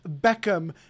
Beckham